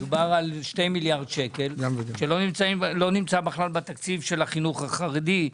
מדובר על שני מיליארד שקלים שלא נמצאים בכלל בתקציב של החינוך החרדי.